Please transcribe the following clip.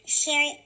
share